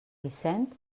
vicent